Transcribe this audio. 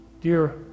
dear